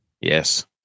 Yes